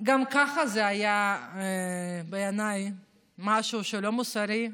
גם ככה זה היה בעיניי משהו שהוא לא מוסרי,